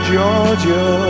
Georgia